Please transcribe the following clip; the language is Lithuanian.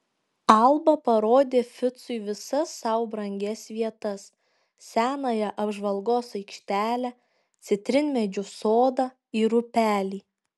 alba parodė ficui visas sau brangias vietas senąją apžvalgos aikštelę citrinmedžių sodą ir upelį